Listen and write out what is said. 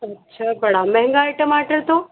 अच्छा बड़ा महंगा है टमाटर तो